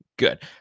Good